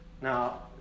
Now